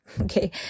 Okay